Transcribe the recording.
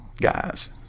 Guys